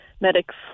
medics